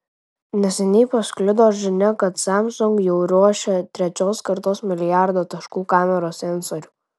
neseniai pasklido žinia kad samsung jau ruošia trečios kartos milijardo taškų kamerų sensorių